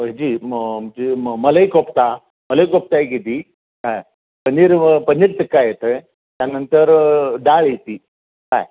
ह्याची मग जे म मलई कोफ्ता मलाई कोफ्ता एक येते हा पनीर पनीर टिक्का येतं आहे त्यानंतर डाळ येते काय